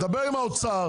דבר עם האוצר,